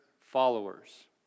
followers